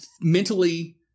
mentally